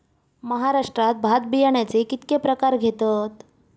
महाराष्ट्रात भात बियाण्याचे कीतके प्रकार घेतत?